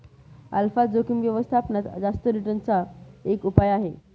alpha जोखिम व्यवस्थापनात जास्त रिटर्न चा एक उपाय आहे